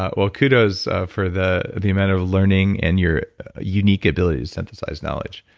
ah well kudos for the the amount of learning and your unique ability to synthesize knowledge.